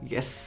Yes